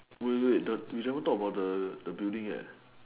wait wait wait the we still haven't talk about the the building yet